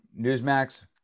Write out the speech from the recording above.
newsmax